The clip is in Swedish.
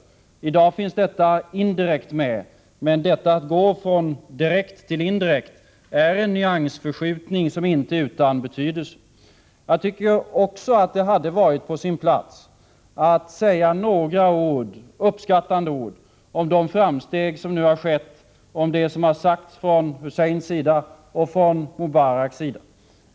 I dag finns detta krav med endast indirekt. Att gå från direkt till indirekt form är en nyansförskjutning, som inte är utan betydelse. Det hade också varit på sin plats med några uppskattande ord om de framsteg som har gjorts, om det som har sagts från Husseins och Mubaraks sida.